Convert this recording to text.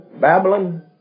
Babylon